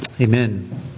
Amen